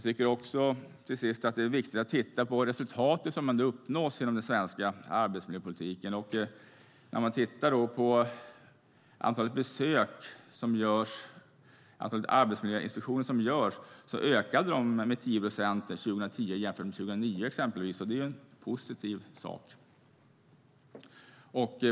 Det är viktigt att titta på de resultat som ändå uppnås inom den svenska arbetsmiljöpolitiken. Antalet besök gjorda av Arbetsmiljöinspektionen ökade med 10 procent under år 2010 jämfört med hur det var år 2009 exempelvis, vilket är positivt.